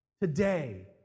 Today